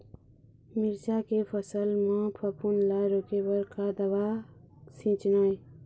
मिरचा के फसल म फफूंद ला रोके बर का दवा सींचना ये?